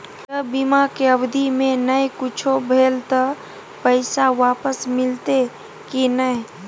ज बीमा के अवधि म नय कुछो भेल त पैसा वापस मिलते की नय?